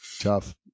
tough